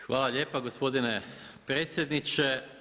Hvala lijepa gospodine predsjedniče.